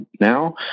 now